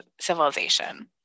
civilization